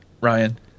Ryan